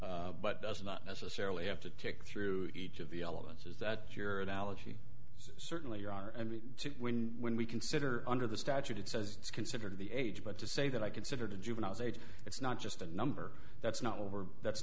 but does not necessarily have to tick through each of the elements is that your analogy certainly are i mean to win when we consider under the statute it says it's considered the age but to say that i consider to juveniles age it's not just a number that's